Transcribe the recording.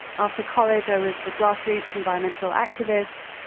after college, i was a grassroots environmental activist,